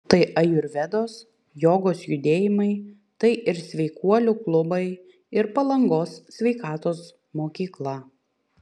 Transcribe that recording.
tai ajurvedos jogos judėjimai tai ir sveikuolių klubai ir palangos sveikatos mokykla